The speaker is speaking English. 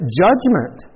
judgment